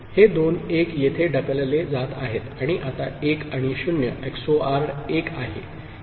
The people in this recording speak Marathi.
हे दोन 1 येथे ढकलले जात आहेत आणि आता 1 आणि 0 XORed 1 आहे ठीक आहे